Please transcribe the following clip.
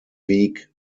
weak